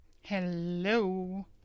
Hello